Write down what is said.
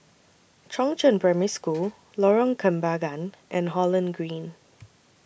Chongzheng Primary School Lorong Kembagan and Holland Green